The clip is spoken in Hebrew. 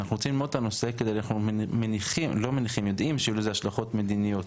אנחנו רוצים ללמוד את הנושא כי אנחנו יודעים שיהיו לזה השלכות מדיניות,